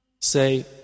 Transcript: Say